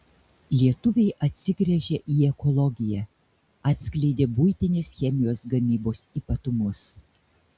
lietuviai atsigręžia į ekologiją atskleidė buitinės chemijos gamybos ypatumus